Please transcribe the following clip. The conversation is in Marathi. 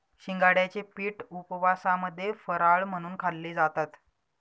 शिंगाड्याचे पीठ उपवासामध्ये फराळ म्हणून खाल्ले जातात